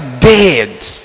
dead